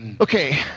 Okay